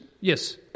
yes